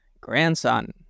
grandson